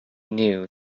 knew